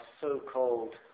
so-called